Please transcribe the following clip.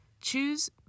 choose